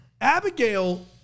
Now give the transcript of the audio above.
Abigail